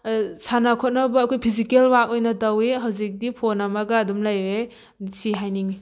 ꯁꯥꯟꯅ ꯈꯣꯠꯅꯕ ꯑꯩꯈꯣꯏ ꯐꯤꯖꯤꯀꯦꯜ ꯋꯥꯛ ꯑꯣꯏꯅ ꯇꯧꯋꯤ ꯍꯧꯖꯤꯛꯇꯤ ꯐꯣꯟ ꯑꯃꯒ ꯑꯗꯨꯝ ꯂꯩꯔꯦ ꯁꯤ ꯍꯥꯏꯅꯤꯡꯉꯤ